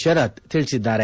ಶರತ್ ತಿಳಿಸಿದ್ದಾರೆ